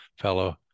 fellow